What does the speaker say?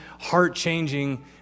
heart-changing